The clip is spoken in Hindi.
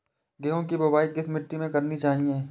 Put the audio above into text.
गेहूँ की बुवाई किस मिट्टी में करनी चाहिए?